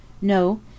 No